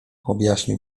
objaśnił